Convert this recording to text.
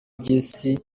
by’isi